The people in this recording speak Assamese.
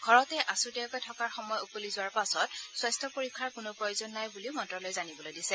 ঘৰতে আছুতীয়াকৈ থকাৰ সময় উকলি যোৱাৰ পাছত স্বাস্য পৰীক্ষাৰ কোনো প্ৰয়োজন নাই বুলিও মন্ত্যালয়ে জানিবলৈ দিছে